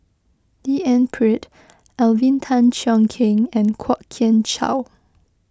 D N Pritt Alvin Tan Cheong Kheng and Kwok Kian Chow